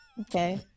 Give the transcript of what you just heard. okay